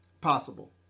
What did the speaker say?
possible